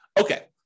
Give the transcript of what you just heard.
Okay